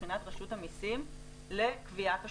מבחינת רשות המסים לקביעת השומה?